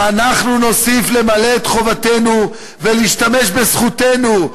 ואנחנו נוסיף למלא את חובתנו ולהשתמש בזכותנו.